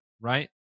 Right